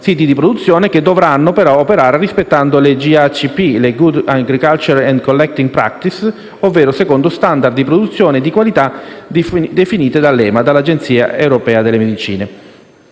siti di produzione che dovranno però operare rispettando le *good agricoltural and collecting practices* (GACP), ovvero secondo *standard* di produzione e di qualità definite dall'Agenzia europea delle medicine